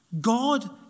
God